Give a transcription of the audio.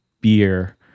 beer